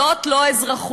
זאת לא אזרחות,